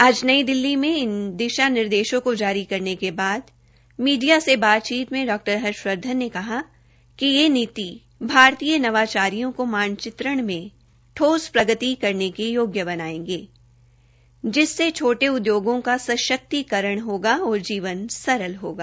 आज नई दिल्ली में इस दिशा निर्देशों को जारी करने के बाद मीडिया से बातचीत में डॉ हर्षवर्धन ने कहा कि यह नीति भारतीय नवाचारियों को मानचित्रण में ठोस प्रगति करने के योग्य बनायेंगे जिससे छोटे उद्योगों का सशक्तीकरण होगा और जीवन सरल होगा